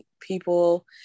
people